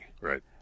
right